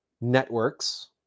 networks